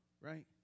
right